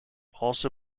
also